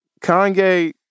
Kanye